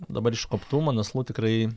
dabar iš koptų manaslu tikrai